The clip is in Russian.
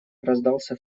раздался